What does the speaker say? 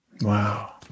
Wow